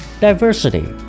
Diversity